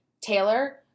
Taylor